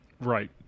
Right